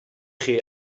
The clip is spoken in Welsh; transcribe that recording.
chi